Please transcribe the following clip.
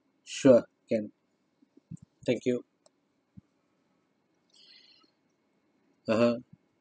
sure can thank you (uh huh)